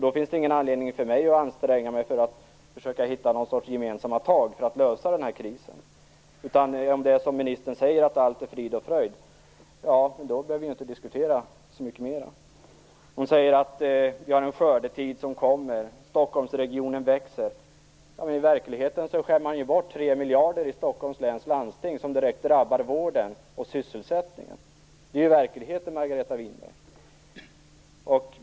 Då finns det ingen anledning för mig att anstränga mig för att vi skall kunna ta gemensamma tag för att lösa krisen. Om det är som ministern säger, att allt är frid och fröjd, behöver vi inte diskutera så mycket mera. Hon säger att det kommer en skördetid och att Stockholmsregionen växer. I verkligheten skär man bort tre miljarder i Stockholms läns landsting, som direkt drabbar vården och sysselsättningen. Det är verkligheten, Margareta Winberg.